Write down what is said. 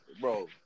Bro